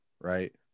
right